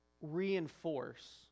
reinforce